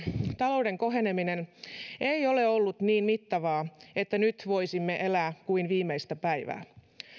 talouden koheneminen ei ole ollut niin mittavaa että nyt voisimme elää kuin viimeistä päivää